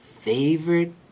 favorite